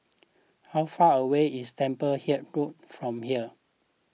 how far away is Temple Hill Road from here